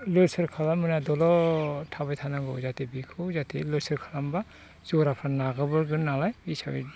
लोर सोर खालामनो मोना दलर थाबाय थानांगौ जाहाथे बेखौ जाहाथे लोर सोर खालामोबा जराफोर नारग्रोबोगोन नालाय बे हिसाबै